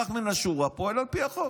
אזרח מן השורה פועל על פי החוק